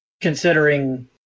Considering